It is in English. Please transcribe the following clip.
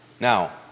Now